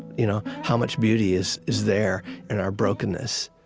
you know how much beauty is is there in our brokenness.